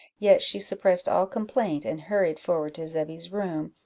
yet she suppressed all complaint, and hurried forward to zebby's room,